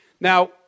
Now